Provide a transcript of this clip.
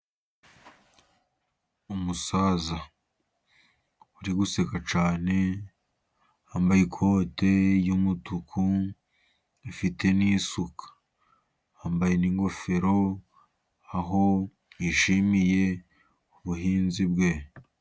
Umusaza uri guseka cyane, yambaye ikoti ry'umutuku afite n'isuka. Yambaye n'ingofero aho yishimiye ubuhinzi bwe.